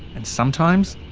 and sometimes.